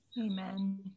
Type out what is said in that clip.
Amen